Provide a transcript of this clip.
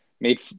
made